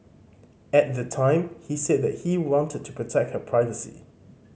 at the time he said that he wanted to protect her privacy